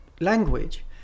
language